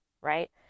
right